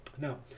Now